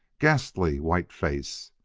ghastly white face!